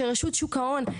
של רשות שוק ההון,